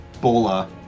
bola